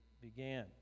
began